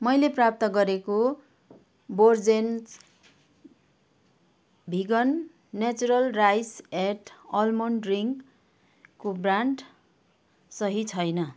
मैले प्राप्त गरेको Borges vegan natural rice and almond ड्रिन्कको ब्रान्ड सही छैन